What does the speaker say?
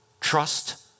Trust